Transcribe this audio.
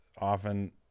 often